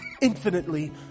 infinitely